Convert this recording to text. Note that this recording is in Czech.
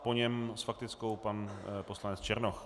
Po něm s faktickou pan poslanec Černoch.